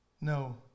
No